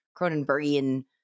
Cronenbergian